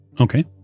Okay